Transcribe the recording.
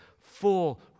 full